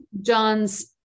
John's